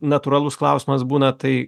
natūralus klausimas būna tai